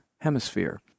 hemisphere